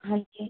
ਹਾਂਜੀ